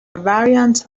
variant